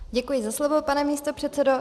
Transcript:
Děkuji za slovo, pane místopředsedo.